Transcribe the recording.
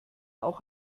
auch